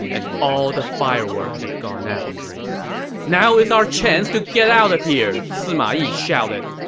and all the firework had gone out now is our chance to get out of here! sima yi shouted.